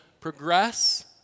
progress